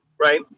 right